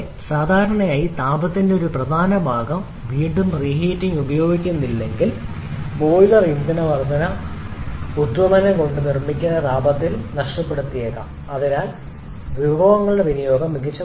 കൂടാതെ സാധാരണയായി താപത്തിന്റെ ഒരു പ്രധാന ഭാഗം വീണ്ടും റീഹീറ്റിങ് ഉപയോഗിക്കുന്നില്ലെങ്കിൽ ബോയിലർഇന്ധന ഉദ്വമനം കൊണ്ട് നിർമ്മിക്കുന്ന താപത്തിന്റെ നഷ്ടപ്പെടുത്തിയേക്കാം അതിനാൽ വിഭവങ്ങളുടെ വിനിയോഗം